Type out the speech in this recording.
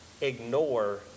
ignore